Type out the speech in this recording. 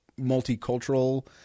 multicultural